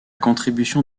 contribution